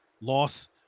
loss